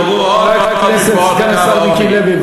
חבר הכנסת סגן השר מיקי לוי,